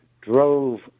drove